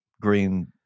green